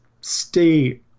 stay